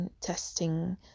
testing